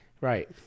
Right